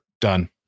Done